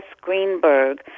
Greenberg